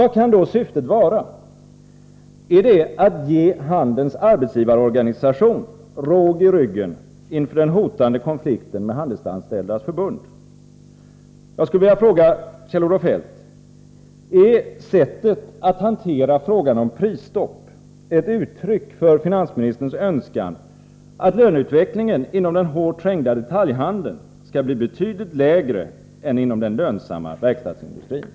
Vad kan då syftet vara? Är det att ge Handelns arbetsgivareorganisation råg i ryggen inför den hotande konflikten med Handelsanställdas förbund? Jag skulle vilja fråga Kjell-Olof Feldt: Är sättet att hantera frågan om prisstopp ett uttryck för finansministerns önskan att löneutvecklingen inom den hårt trängda detaljhandeln skall bli betydligt lägre än inom den lönsamma verkstadsindustrin?